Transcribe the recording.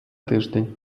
тиждень